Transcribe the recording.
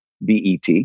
BET